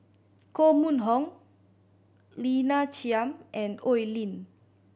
Koh Mun Hong Lina Chiam and Oi Lin